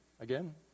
again